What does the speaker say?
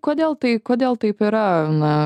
kodėl tai kodėl taip yra na